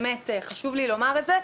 באמת חשוב לי לומר את זה,